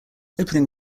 opening